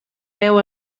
peu